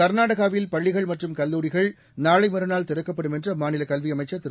கர்நாடகாவில் பள்ளிகள் மற்றும் கல்லூரிகள் நாளை மறுநாள் திறக்கப்படும் என்று அம்மாநில கல்வி அமைச்சர் திரு